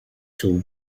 till